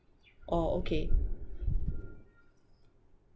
orh okay